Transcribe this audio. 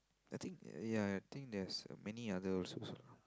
I think ya I think there's many other lah